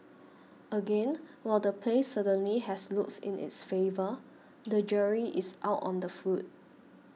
again while the place certainly has looks in its favour the jury is out on the food